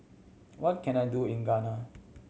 what can I do in Guyana